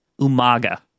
Umaga